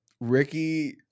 Ricky